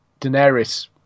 daenerys